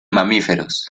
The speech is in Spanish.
mamíferos